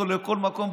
זה היה ממש קרוב,